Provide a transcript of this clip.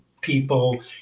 people